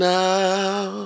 now